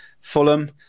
Fulham